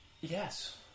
Yes